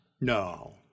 No